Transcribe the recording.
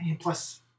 plus